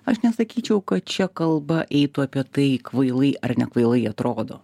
aš nesakyčiau kad čia kalba eitų apie tai kvailai ar nekvailai atrodo